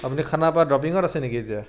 আপুনি খানাপাৰাত ড্ৰপিঙত আছে নেকি এতিয়া